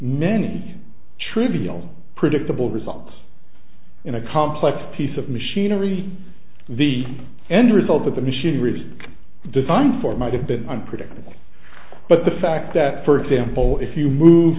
many trivial predictable results in a complex piece of machinery the end result that the machine really designed for might have been unpredictable but the fact that for example if you move